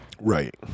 right